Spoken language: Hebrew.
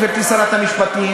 גברתי שרת המשפטים,